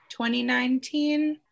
2019